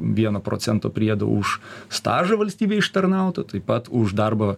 vieno procento priedą už stažą valstybei ištarnautų taip pat už darbo